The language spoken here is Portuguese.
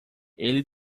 ele